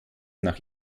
nach